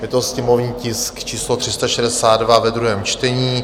Je to sněmovní tisk číslo 362 ve druhém čtení.